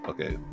Okay